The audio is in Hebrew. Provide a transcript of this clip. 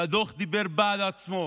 והדוח דיבר בעד עצמו.